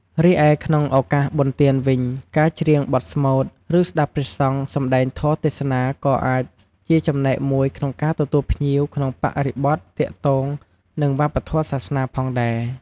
រីឯក្នុងឱកាសបុណ្យទានវិញ ការច្រៀងបទស្មូត ឬ ស្ដាប់ព្រះសង្ឃសម្ដែងធម៌ទេសនាក៏អាចជាចំណែកមួយក្នុងការទទួលភ្ញៀវ ក្នុងបរិបទទាក់ទងនឹងវប្បធម៌សាសនាផងដែរ។